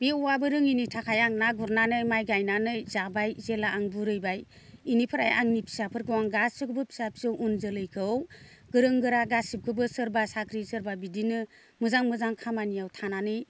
बे अ आबो रोङैनि थाखाय आं ना गुरनानै माइ गायनानै जाबाय जेला आं बुरिबाय इनिफ्राय आंनि फिसाफोरखौ आं गासिखौबो फिसा फिसौ उन जोलैखौ गोरों गोरा गासिखौबो सोरबा साख्रि सोरबा बिदिनो मोजां मोजां खामानियाव थानानै